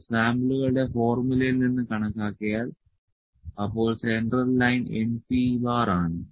അത് സാമ്പിളുകളുടെ ഫോർമുലയിൽ നിന്ന് കണക്കാക്കിയാൽ അപ്പോൾ സെൻട്രൽ ലൈൻ np ആണ്